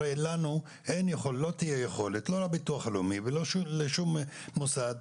הרי לנו לא תהיה יכולת לא לביטוח הלאומי ולא לשום מוסד,